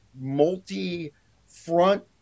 multi-front